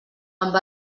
amb